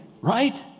right